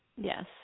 Yes